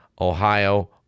Ohio